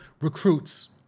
recruits